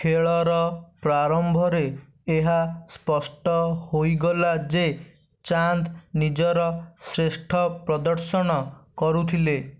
ଖେଳର ପ୍ରାରମ୍ଭରେ ଏହା ସ୍ପଷ୍ଟ ହୋଇଗଲା ଯେ ଚାନ୍ଦ୍ ନିଜର ଶ୍ରେଷ୍ଠ ପ୍ରଦର୍ଶନ କରୁଥିଲେ